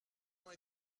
ont